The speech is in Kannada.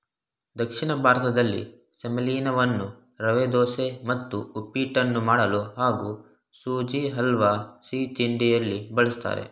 ದಕ್ಷಿಣ ಭಾರತದಲ್ಲಿ ಸೆಮಲೀನವನ್ನು ರವೆದೋಸೆ ಮತ್ತು ಉಪ್ಪಿಟ್ಟನ್ನು ಮಾಡಲು ಹಾಗೂ ಸುಜಿ ಹಲ್ವಾ ಸಿಹಿತಿಂಡಿಯಲ್ಲಿ ಬಳಸ್ತಾರೆ